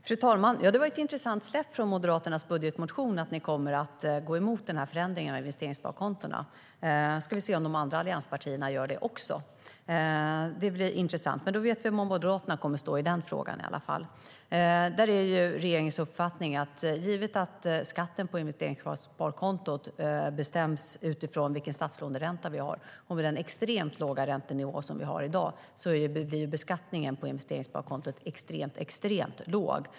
Fru talman! Det var ett intressant släpp från Moderaternas budgetmotion att ni kommer att gå emot den här förändringen av investeringssparkontona. Vi får se om de andra allianspartierna också gör det. Vi vet i alla fall var Moderaterna kommer att stå i den frågan. Givet att skatten på investeringssparkontot bestäms utifrån vår statslåneränta och vi i dag har en extremt låg räntenivå, är det regeringens uppfattning att beskattningen på investeringssparkontot blir extremt låg.